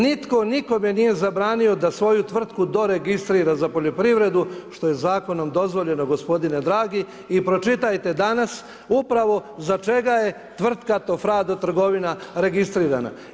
Nitko nikome nije zabranio da svoju tvrtku doregistrira za poljoprivredu što je zakonom dozvoljeno, gospodine dragi i pročitajte dana upravo za čega je tvrtko Tofrado trgovina registrirana.